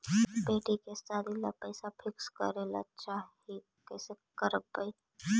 बेटि के सादी ल पैसा फिक्स करे ल चाह ही कैसे करबइ?